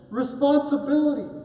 responsibility